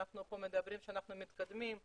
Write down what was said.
ואנחנו מדברים פה שאנחנו מתקדמים,